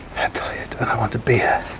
tired and i want a beer.